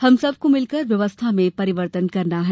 हम सब को मिलकर व्यवस्था में परिवर्तन करना है